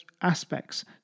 aspects